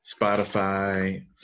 Spotify